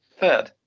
third